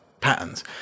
patterns